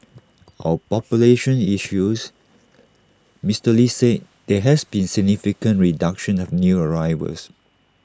on population issues Mister lee said there has been significant reduction of new arrivals